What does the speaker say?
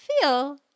feel